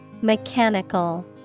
Mechanical